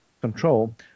control